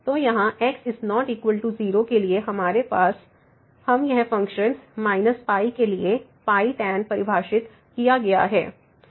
तो यहाँ x ≠ 0 के लिए हमारे पास हम यह फ़ंक्शन के लिए tan परिभाषित किया गया है